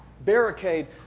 barricade